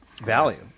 value